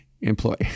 employee